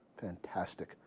Fantastic